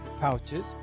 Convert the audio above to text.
pouches